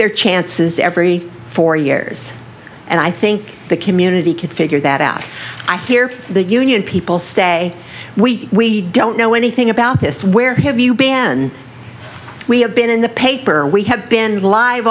their chances every four years and i think the community can figure that out i hear the union people say we don't know anything about this where have you ban we have been in the paper we have been live